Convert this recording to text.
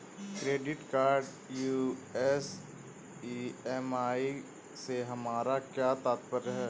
Credit card use EMI से हमारा क्या तात्पर्य है?